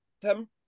Tim